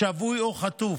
שבוי או חטוף,